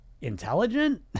intelligent